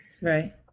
right